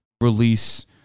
release